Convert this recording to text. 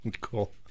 Cool